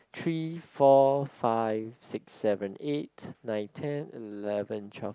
three four five six seven eight nine ten eleven twelve